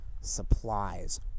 supplies